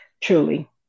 Truly